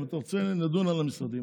אם אתה רוצה, נדון על המשרדים.